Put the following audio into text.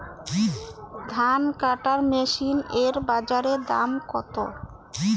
ধান কাটার মেশিন এর বাজারে দাম কতো?